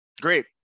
great